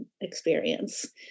experience